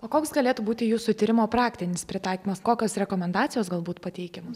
o koks galėtų būti jūsų tyrimo praktinis pritaikymas kokios rekomendacijos galbūt pateikiamos